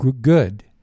good